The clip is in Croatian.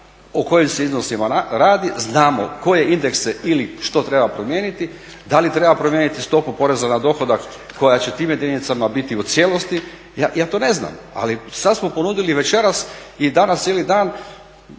o kojim se iznosima radi, znamo koje indekse ili što treba promijeniti. Da li treba promijeniti stopu poreza na dohodak koja će tim jedinicama biti u cijelosti, ja to ne znam ali sada smo ponudili večeras i danas cijeli dan